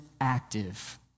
active